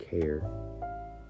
care